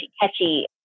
catchy